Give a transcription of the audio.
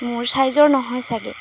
মোৰ চাইজৰ নহয় চাগে